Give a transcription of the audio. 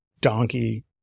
donkey